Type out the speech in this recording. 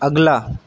اگلا